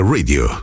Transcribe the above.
Radio